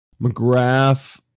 McGrath